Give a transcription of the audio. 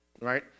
right